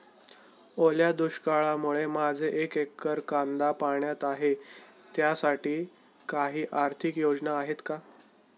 ओल्या दुष्काळामुळे माझे एक एकर कांदा पाण्यात आहे त्यासाठी काही आर्थिक योजना आहेत का?